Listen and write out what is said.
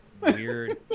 Weird